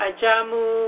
Ajamu